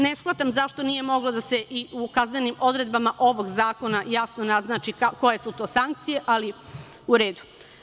Ne shvatam zašto nije moglo da se i u kaznenim odredbama ovog zakona jasno naznači koje su to sankcije, ali u redu.